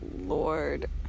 Lord